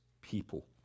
people